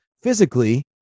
physically